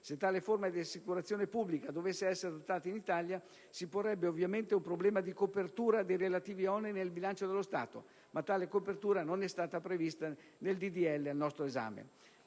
Se tale forma di assicurazione pubblica dovesse essere adottata anche in Italia, si porrebbe ovviamente un problema di copertura dei relativi oneri nel bilancio dello Stato; tuttavia, tale copertura non è stata prevista nel disegno di legge